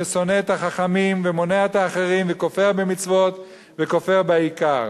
ושונא את החכמים ומונע את האחרים וכופר במצוות וכופר בעיקר.